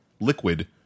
liquid